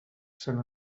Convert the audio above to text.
sant